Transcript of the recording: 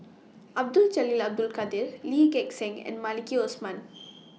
Abdul Jalil Abdul Kadir Lee Gek Seng and Maliki Osman